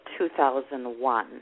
2001